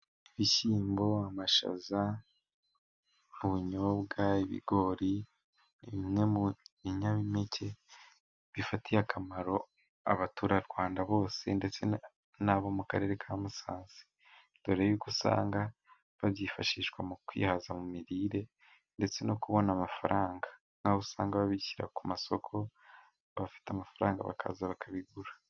Ibishyimbo, amashaza, ubunyobwa, ibigori ni bimwe mu binyampeke bifitiye akamaro abaturarwanda bose, ndetsebo nabo mu karere ka Musanze dore yuko usanga babyifashisha mu kwihaza mu mirire, ndetse no kubona amafaranga nkaho usanga babishyira ku masoko bafite amafaranga bakaza bakabigura.